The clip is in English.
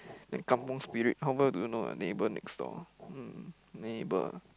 then kampung spirit how well do you know your neighbour next door hmm neighbour ah